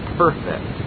perfect